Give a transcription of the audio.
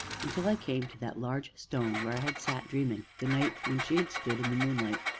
until i came to that large stone where i had sat dreaming the night when she had stood in the moonlight,